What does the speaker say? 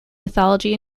mythology